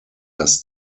das